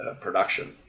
production